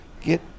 get